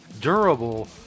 durable